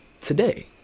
today